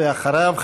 ואחריו,